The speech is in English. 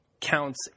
counts